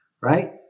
right